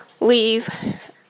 leave